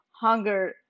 hunger